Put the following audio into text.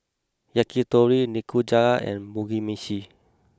Yakitori Nikujaga and Mugi Meshi